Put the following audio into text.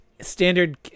Standard